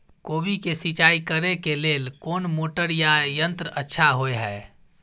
कोबी के सिंचाई करे के लेल कोन मोटर या यंत्र अच्छा होय है?